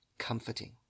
comforting